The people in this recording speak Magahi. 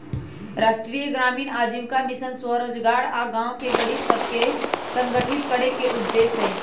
राष्ट्रीय ग्रामीण आजीविका मिशन स्वरोजगार आऽ गांव के गरीब सभके संगठित करेके उद्देश्य हइ